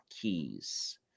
keys